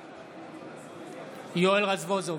בעד יואל רזבוזוב,